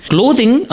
Clothing